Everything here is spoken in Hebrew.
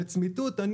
לצמיתות.